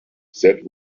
that